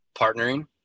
partnering